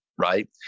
right